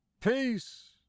peace